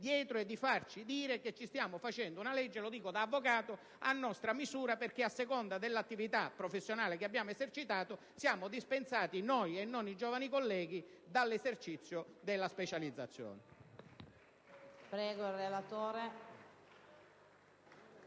dietro e farci dire che stiamo approvando una legge - e lo dico da avvocato - a nostra misura, in quanto, a seconda dell'attività professionale esercitata, siamo dispensati noi, e non i giovani colleghi, dall'esercizio della specializzazione.